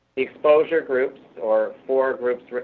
the exposure groups, or four groups,